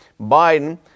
Biden